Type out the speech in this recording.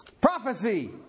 Prophecy